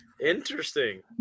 interesting